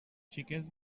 xiquets